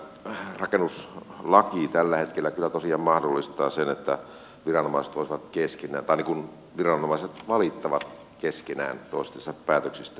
tämä rakennuslaki tällä hetkellä kyllä tosiaan mahdollistaa sen että viranomaiset valittavat keskenään toistensa päätöksistä